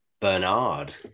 Bernard